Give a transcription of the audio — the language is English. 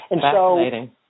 Fascinating